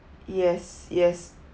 yes yes